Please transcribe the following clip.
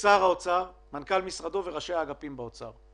שר האוצר, מנכ"ל משרדו וראשי האגפים באוצר.